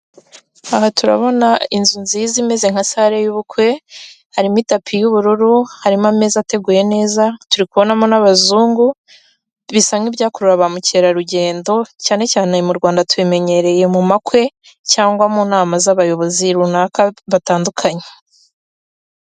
Aha turabona inzu nziza imeze nka sale y'ubukwe harimo: itapi y'ubururu, harimo ameza ateguye neza, turi kubonamo n'abazungu; bisa nk'ibyakurura ba mukerarugendo cyane cyane mu Rwanda, tubimenyereye mu makwe cyangwa mu nama z'abayobozi runaka batandukanye.